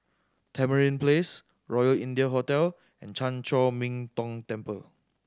Tamarind Place Royal India Hotel and Chan Chor Min Tong Temple